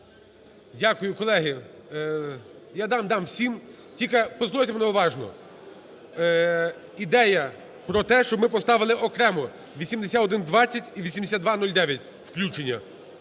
Дякую. Колеги, я дам, дам всім, тільки послухайте мене уважно. Ідея про те, щоб ми поставили окремо 8120 і 8209 включення,